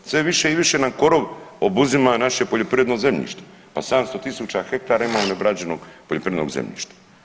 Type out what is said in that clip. Sve više i više nam korov obuzima naše poljoprivredno zemljište, pa 700.000 hektara imamo neobrađenog poljoprivrednog zemljišta.